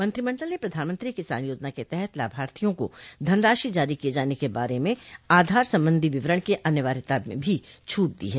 मंत्रिमंडल ने प्रधानमंत्री किसान योजना के तहत लाभार्थियों को धनराशि जारी किए जाने के बारे में आधार संबंधी विवरण की अनिवार्यता में भी छूट दी है